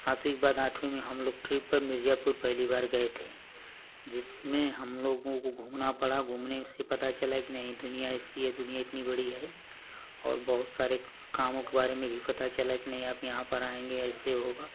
सातवीं के बाद आठवी में हम लोग ट्रिप पर मिर्ज़ापुर पहली बार गये थे जिसमें हम लोगों को घूमना पड़ा घूमने से पता चला की नहीं दुनिया ऐेसी है दुनिया इतनी बड़ी हैं और बहुत सारे कामों के बारे में भी पता चला की नहीं आप यहाँ पर आएंगे ऐसे होगा